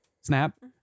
snap